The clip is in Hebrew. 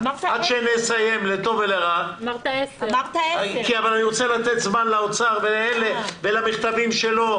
עד שנסיים לטוב ולרע --- אמרת 10:00. אני רוצה לתת זמן לאוצר ולמכתבים שלו,